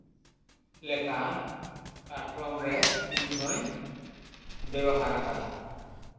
ᱞᱮᱠᱟᱱ ᱯᱞᱟᱴᱯᱨᱚᱢ ᱨᱮ ᱤᱧᱬᱦᱚᱧ ᱵᱮᱣᱦᱟᱨ ᱟᱠᱟᱫᱟ